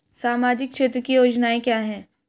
सामाजिक क्षेत्र की योजनाएं क्या हैं?